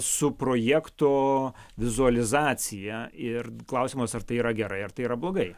su projekto vizualizacija ir klausimas ar tai yra gerai ar tai yra blogai